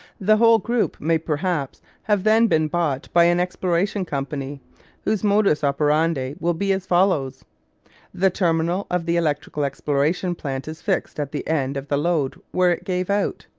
the whole group may perhaps have then been bought by an exploration company whose modus operandi will be as follows the terminal of the electrical exploration plant is fixed at the end of the lode where it gave out,